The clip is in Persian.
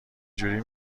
جوری